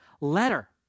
letter